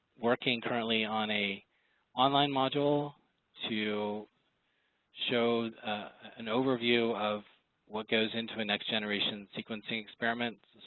working currently on a online module to show an overview of what goes into a next-generation sequencing experiment.